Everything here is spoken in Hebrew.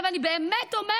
אני באמת אומרת,